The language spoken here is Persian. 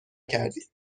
کردیم